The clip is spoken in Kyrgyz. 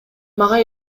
мага